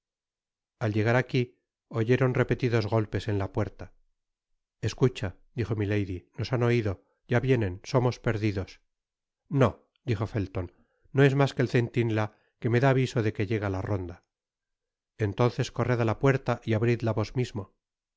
al llegar aqui oyeron repetidos golpes en la puerta escucha dijo milady nos han oido ya vienen somos perdidos no dijo felton no es mas que el centinela que me da aviso de que llega la ronda enfonces corred á la puerta y abridla vos mismo